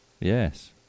Yes